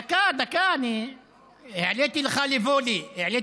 דקה, דקה, אני העליתי לך לווֹלה.